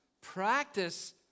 practice